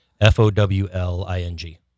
F-O-W-L-I-N-G